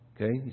okay